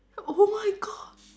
oh my god